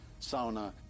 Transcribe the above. sauna